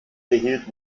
erhielt